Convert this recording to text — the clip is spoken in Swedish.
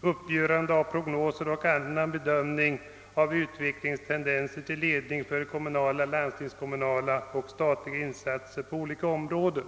uppgörande av prognoser och annan bedömning av utvecklingstendenser till ledning för kommunala, landstingskommunala och statliga insatser på olika områden.